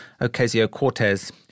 Ocasio-Cortez